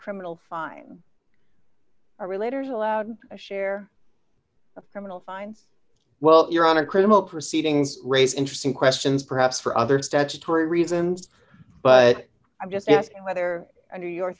criminal fine or later is allowed a share of criminal fines well your honor criminal proceedings raise interesting questions perhaps for other statutory reasons but i'm just asking whether under yo